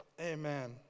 Amen